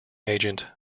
agent